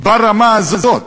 ברמה הזאת,